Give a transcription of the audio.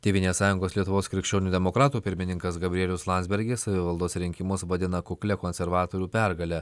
tėvynės sąjungos lietuvos krikščionių demokratų pirmininkas gabrielius landsbergis savivaldos rinkimus vadina kuklia konservatorių pergale